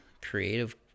creative